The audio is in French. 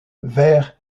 vers